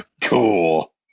cool